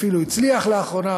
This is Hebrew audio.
ואפילו הצליח לאחרונה,